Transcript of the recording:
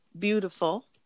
beautiful